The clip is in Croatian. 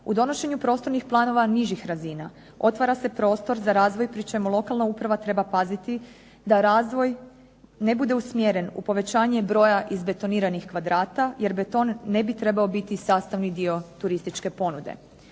U donošenju prostornih planova nižih razina otvara se prostor za razvoj pri čemu lokalna uprava treba paziti da razvoj ne bude usmjeren u povećanje broja izbetoniranih kvadrata jer beton ne bi trebao biti sastavni dio turističke ponude.